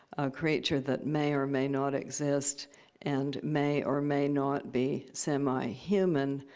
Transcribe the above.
a creature that may or may not exist and may or may not be semi-human,